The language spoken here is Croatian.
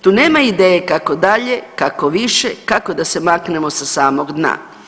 Tu nema ideje kako dalje, kako više, kako da se maknemo sa samog dna.